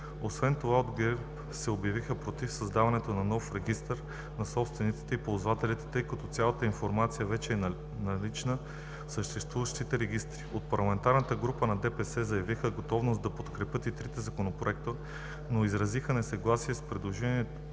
Освен това от ГЕРБ се обявиха против създаването на нов регистър на собствениците и ползвателите, тъй като цялата информация вече е налична в съществуващите регистри. От парламентарната група ДПС заявиха готовност да подкрепят и трите законопроекта, но изразиха несъгласие с предложението